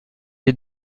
les